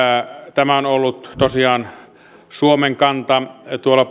tämä on ollut tosiaan suomen kanta